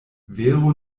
vero